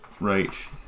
right